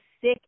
sick